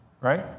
right